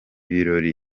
birori